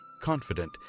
confident